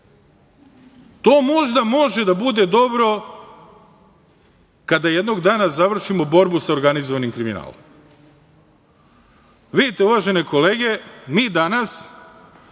To možda može da bude dobro kada jednog dana završimo borbu sa organizovanim kriminalom. Vidite, uvažene kolege, mi danas